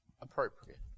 appropriate